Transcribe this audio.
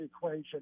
equation